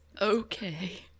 Okay